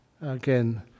again